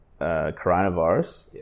coronavirus